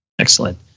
excellent